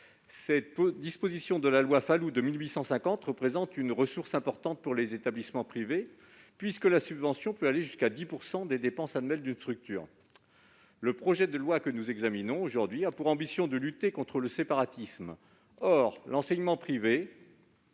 Cette disposition issue de la loi Falloux de 1850 représente une ressource importante pour les établissements privés, puisque la subvention peut atteindre 10 % des dépenses annuelles d'une structure. L'ambition du projet de loi que nous examinons aujourd'hui est de lutter contre le séparatisme. Or l'enseignement privé